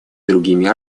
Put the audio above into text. другими